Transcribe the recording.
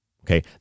Okay